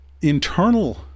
internal